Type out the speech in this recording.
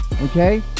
Okay